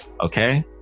Okay